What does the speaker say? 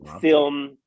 film